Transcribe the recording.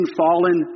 fallen